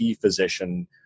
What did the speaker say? physician